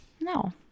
No